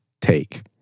take